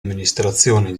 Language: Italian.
amministrazioni